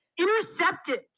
Intercepted